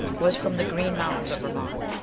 was from the green mountains of vermont,